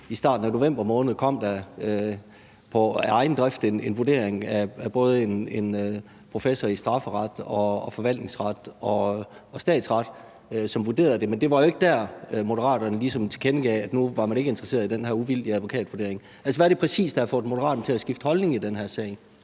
i starten af november måned kom der af egen drift en vurdering af tre professorer i henholdsvis strafferet, forvaltningsret og statsret, men det var jo ikke der, Moderaterne ligesom tilkendegav, at man nu ikke var interesseret i den uvildige advokatvurdering. Altså, hvad er det præcis, der har fået Moderaterne til at skifte holdning i den her sag?